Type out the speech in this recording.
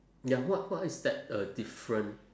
ya what what is that uh different